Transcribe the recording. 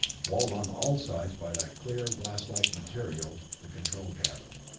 walled on all sides by that clear, glass-like material, the control cabin.